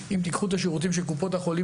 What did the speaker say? אם תיקחו את השירותים שקופות החולים